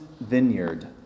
vineyard